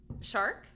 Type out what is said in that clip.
Shark